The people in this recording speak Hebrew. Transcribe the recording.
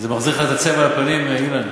זה מחזיר לך את הצבע לפנים, אילן?